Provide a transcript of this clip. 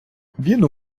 він